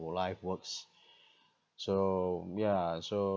will life works so ya so